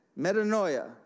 metanoia